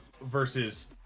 Versus